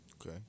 okay